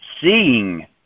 seeing